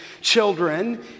Children